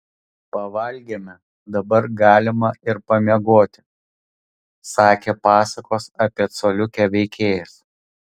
pavalgėme dabar galima ir pamiegoti sakė pasakos apie coliukę veikėjas